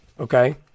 okay